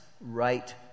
Right